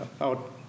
out